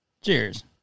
Cheers